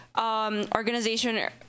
organization